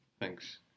Thanks